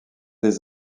des